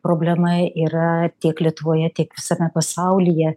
problema yra tiek lietuvoje tiek visame pasaulyje